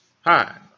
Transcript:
hi